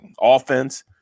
offense